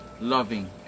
loving